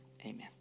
amen